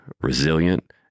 resilient